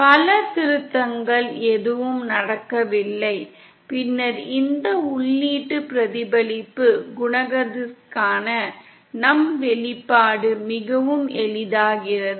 பல திருத்தங்கள் எதுவும் நடக்கவில்லை பின்னர் இந்த உள்ளீட்டு பிரதிபலிப்பு குணகத்திற்கான நம் வெளிப்பாடு மிகவும் எளிதாகிறது